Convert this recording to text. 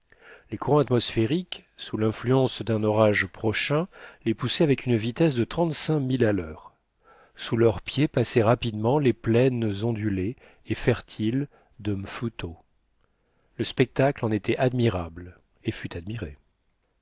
les courants atmosphériques sous l'influence d'un orage prochain les poussaient avec une vitesse de trente cinq milles à l'heure sous leurs pieds passaient rapidement les plaines ondulées et fertiles de mtuto le spectacle en était admirable et fut admiré